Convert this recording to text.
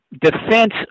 Defense